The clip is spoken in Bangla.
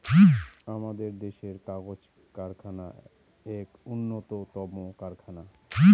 আমাদের দেশের কাগজ কারখানা এক উন্নতম কারখানা